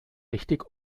richtig